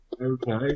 Okay